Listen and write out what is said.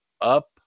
up